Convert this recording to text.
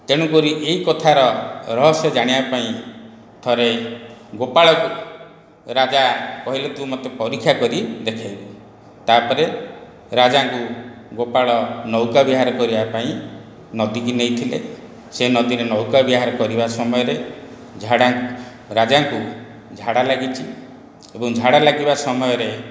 ତେଣୁକରି ଏହି କଥାର ରହସ୍ୟ ଜାଣିବାପାଇଁ ଥରେ ଗୋପାଳକୁ ରାଜା କହିଲେ ତୁ ମୋତେ ପରୀକ୍ଷା କରି ଦେଖାଇବୁ ତା'ପରେ ରାଜାଙ୍କୁ ଗୋପାଳ ନୌକା ବିହାର କରିବାପାଇଁ ନଦୀକି ନେଇଥିଲେ ସେହି ନଦୀରେ ନୌକା ବିହାର କରିବା ସମୟରେ ଝାଡ଼ା ରାଜାଙ୍କୁ ଝାଡ଼ା ଲାଗିଛି ଏବଂ ଝାଡ଼ା ଲାଗିବା ସମୟରେ